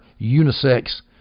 unisex